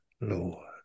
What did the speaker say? Lord